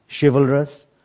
chivalrous